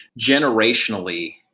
generationally